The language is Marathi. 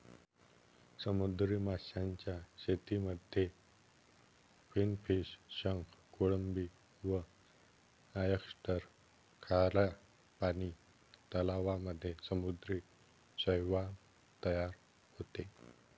समुद्री माशांच्या शेतीमध्ये फिनफिश, शंख, कोळंबी व ऑयस्टर, खाऱ्या पानी तलावांमध्ये समुद्री शैवाल तयार होते